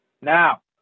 Now